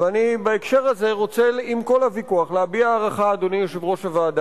אני חושב שזה פשוט ביטוי נוסף להתפרקות המוחלטת של המדינה